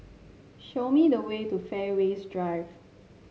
show me the way to Fairways Drive